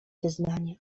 wyznania